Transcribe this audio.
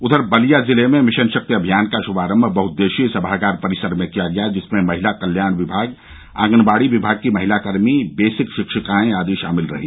उधर बलिया जिले में मिशन शक्ति अभियान का शुभारम्भ बहउददेशीय सभागार परिसर में किया गया जिसमें महिला कल्याण विभाग ऑगनबाडी विभाग की महिला कर्मी बेसिक शिक्षिकायें आदि शामिल रहीं